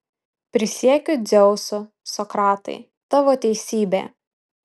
prisiekiu dzeusu sokratai tavo teisybė